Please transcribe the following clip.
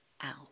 out